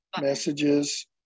Messages